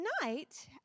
tonight